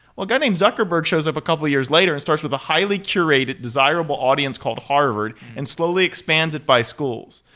guy named zuckerberg shows up a couple of years later and starts with a highly curated, desirable audience called harvard and slowly expands it by schools.